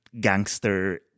gangster